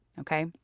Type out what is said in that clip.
okay